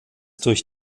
durch